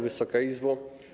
Wysoka Izbo!